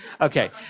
Okay